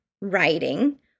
writing